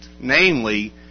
namely